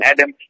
Adam